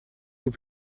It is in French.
vous